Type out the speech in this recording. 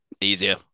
Easier